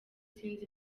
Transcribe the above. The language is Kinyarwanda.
sinzi